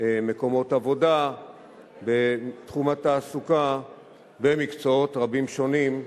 מקומות עבודה בתחום התעסוקה במקצועות רבים שונים,